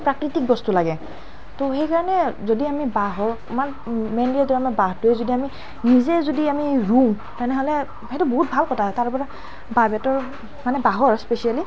প্ৰাকৃতিক বস্তু লাগে তো সেইকাৰণে যদি আমি বাঁহৰ মানে মেইনলি এইটো আমি বাঁহটো যদি আমি নিজে যদি আমি ৰুওঁ তেনেহ'লে সেইটো বহুত ভাল কথা তাৰপৰা বাঁহ বেতৰ মানে বাঁহৰ স্পেচিয়েলী